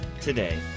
today